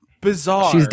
bizarre